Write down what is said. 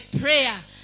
prayer